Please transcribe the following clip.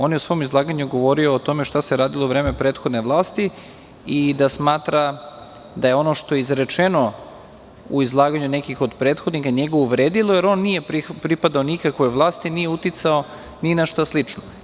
On je u svom izlaganju govorio o tome šta se radilo u vreme prethodne vlasti i da smatra da ono što je izrečeno u izlaganju nekih od prethodnika njega je uvredilo, jer on nije pripadao nikakvoj vlasti, nije uticao ni na šta slično.